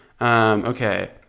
Okay